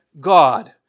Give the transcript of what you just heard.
God